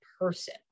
person